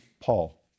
Paul